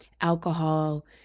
alcohol